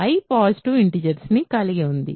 I positive integers ని కలిగి ఉంది